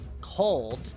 Cold